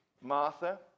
Martha